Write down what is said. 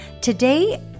Today